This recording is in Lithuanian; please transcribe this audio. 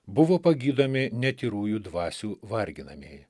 buvo pagydomi netyrųjų dvasių varginamieji